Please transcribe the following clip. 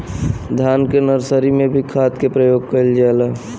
धान के नर्सरी में भी खाद के प्रयोग कइल जाला?